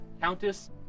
Countess